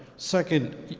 second,